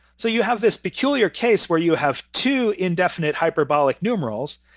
so you have this peculiar case where you have two indefinite hyperbolic numerals,